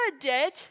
dead